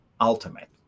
ultimate